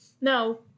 No